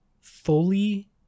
fully